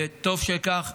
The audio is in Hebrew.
וטוב שכך.